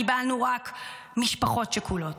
קיבלנו רק משפחות שכולות,